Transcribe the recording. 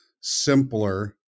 simpler